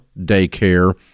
daycare